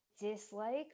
dislike